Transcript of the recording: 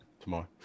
tomorrow